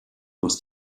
must